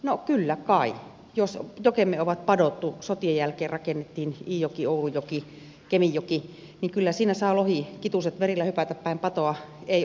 no kyllä kai jos jokemme on padottu sotien jälkeen rakennettiin iijoki oulujoki kemijoki niin kyllä siinä saa lohi kituset verillä hypätä päin patoa ei onnistu